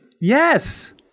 Yes